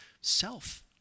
self